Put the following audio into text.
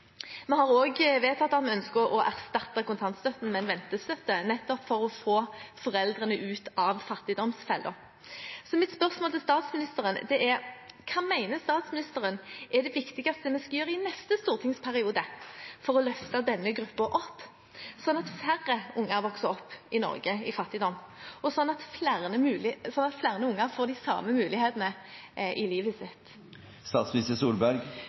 Vi har også vedtatt at vi ønsker å erstatte kontantstøtten med en ventestøtte, nettopp for å få foreldrene ut av fattigdomsfella. Så mitt spørsmål til statsministeren er: Hva mener statsministeren er det viktigste vi skal gjøre i neste stortingsperiode for å løfte denne gruppen opp, slik at færre barn i Norge vokser opp i fattigdom, og slik at flere barn får de samme mulighetene i livet